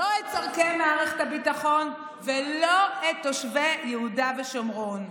לא את צורכי מערכת הביטחון ולא את תושבי יהודה ושומרון.